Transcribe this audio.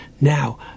now